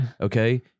Okay